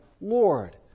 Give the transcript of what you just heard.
Lord